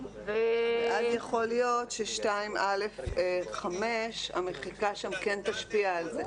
אז יכול להיות שהמחיקה של (2א5) כן תשפיע על זה,